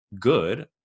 good